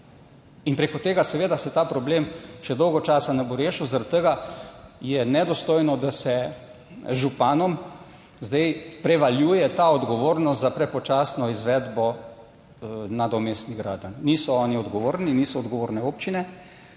in preko tega seveda se ta problem še dolgo časa ne bo rešil, zaradi tega je nedostojno, da se z županom zdaj prevaljuje ta odgovornost za prepočasno izvedbo nadomestnih gradenj. Niso oni odgovorni, niso odgovorne občine,